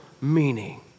meaning